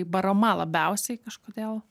barama labiausiai kažkodėl